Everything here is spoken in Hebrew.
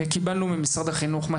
קיבלנו ממשרד החינוך את תמונת המצב